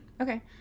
Okay